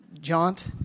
jaunt